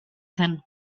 zen